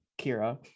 Kira